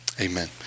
Amen